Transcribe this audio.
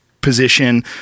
position